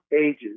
ages